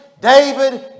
David